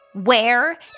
Where